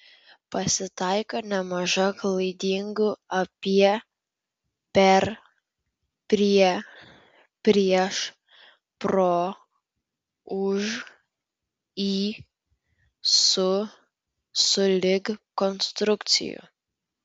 pasitaiko nemaža klaidingų apie per prie prieš pro už į su sulig konstrukcijų